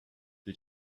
did